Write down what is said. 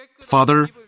Father